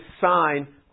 sign